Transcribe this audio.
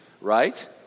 right